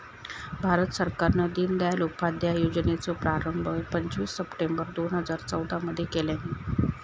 भारत सरकारान दिनदयाल उपाध्याय योजनेचो प्रारंभ पंचवीस सप्टेंबर दोन हजार चौदा मध्ये केल्यानी